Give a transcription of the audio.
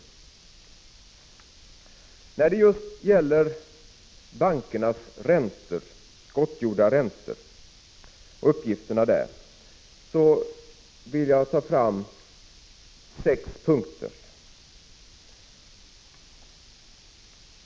Jag vill när det gäller bankernas uppgifter om gottgjorda räntor framhålla sex punkter.